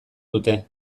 dute